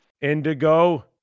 Indigo